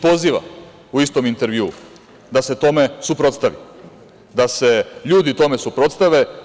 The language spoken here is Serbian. Poziva u istom intervjuu da se tome suprotstavi, da se ljudi tome suprotstave.